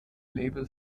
label